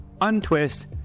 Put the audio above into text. Untwist